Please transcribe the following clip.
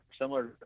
similar